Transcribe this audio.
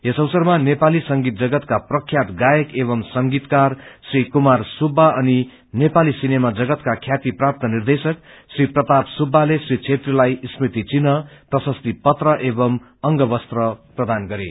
यस अवसरमा नेपाली संगीत जगतका प्रख्यात गायक एव संगतीकार श्री कुमार सुब्बा अनि नेपाली सिनेमा जगतका ख्याति प्राप्त निर्देशक श्री प्रताप सुब्बाले श्री छेत्रीलाई स्मृति चिन्ह प्रशस्ती पत्र एवं अंगवस्त्र प्रदान गरे